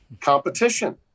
competition